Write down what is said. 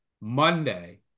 Monday